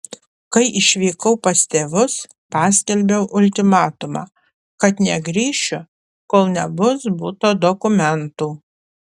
kai išvykau pas tėvus paskelbiau ultimatumą kad negrįšiu kol nebus buto dokumentų